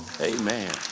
Amen